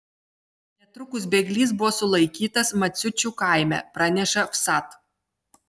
netrukus bėglys buvo sulaikytas maciučių kaime praneša vsat